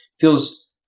feels